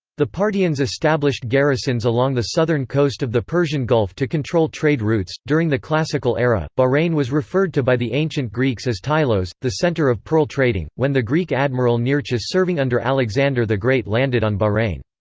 the parthians established garrisons along the southern coast of the persian gulf to control trade routes during the classical era, bahrain was referred to by the ancient greeks as tylos, the centre of pearl trading, when the greek admiral nearchus serving under alexander the great landed on bahrain.